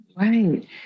Right